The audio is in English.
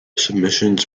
submissions